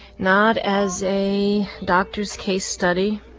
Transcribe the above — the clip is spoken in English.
not as a doctor's case study,